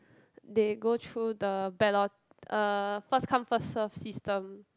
they go through the ballot uh first come first serve system